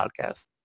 podcast